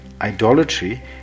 idolatry